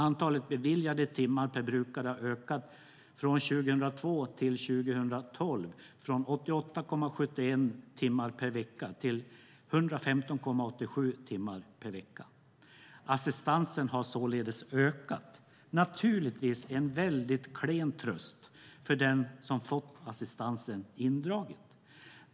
Antalet beviljade timmar per brukare har ökat från 88,71 timmar per vecka år 2002 till 115,87 timmar per vecka år 2012. Assistansen har således ökat, vilket naturligtvis är en klen tröst för den som fått assistansen indragen.